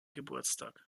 geburtstag